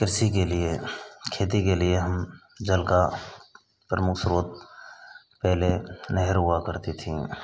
कृषि के लिए खेती के लिए हम जल का प्रमुख स्रोत पहले नहर हुआ करती थी